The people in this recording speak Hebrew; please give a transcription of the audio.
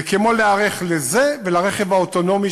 זה כמו להיערך לזה ולרכב האוטונומי,